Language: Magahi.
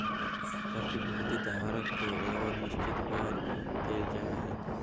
प्रतिभूति धारक के एगो निश्चित ब्याज भी देल जा हइ